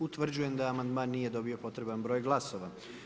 Utvrđujem da amandman nije dobio potreban broj glasova.